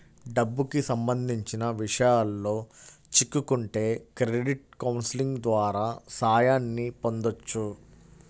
డబ్బుకి సంబంధించిన విషయాల్లో చిక్కుకుంటే క్రెడిట్ కౌన్సిలింగ్ ద్వారా సాయాన్ని పొందొచ్చు